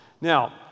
Now